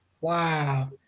Wow